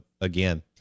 again